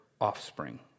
offspring